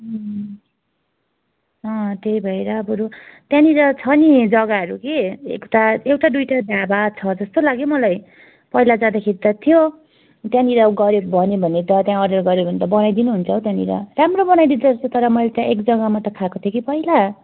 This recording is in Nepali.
अँ त्यही भएर बरु त्यहाँनिर छ नि जग्गाहरू कि एकटा एउटा दुइटा ढाबा छ जस्तो लाग्यो मलाई पहिला जाँदाखेरि त थियो त्यहाँनिर गऱ्यो भन्यो भने त त्यहाँ अर्डर गऱ्यो भने त बनाइ दिनुहुन्छ हौ त्यहाँनिर राम्रो बनाइदिँदो रहेछ तर मैले त्यहाँ एक जग्गामा त खाएको थिएँ कि पहिला